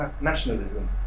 nationalism